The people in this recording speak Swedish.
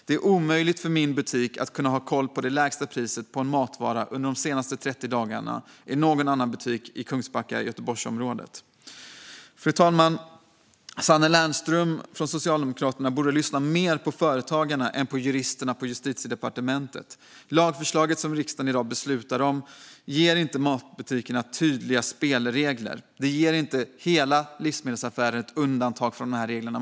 Det är omöjligt för min butik att ha koll på det lägsta priset på en matvara under de senaste 30 dagarna i någon annan butik i Kungsbacka eller Göteborgsområdet. Fru talman! Sanne Lennström från Socialdemokraterna borde lyssna mer på företagarna än på juristerna på Justitiedepartementet. Lagförslaget som riksdagen i dag beslutar om ger inte matbutikerna tydliga spelregler. Det ger inte alla livsmedelsaffärer ett undantag från de här reglerna.